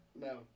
no